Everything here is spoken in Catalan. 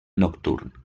nocturn